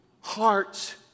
hearts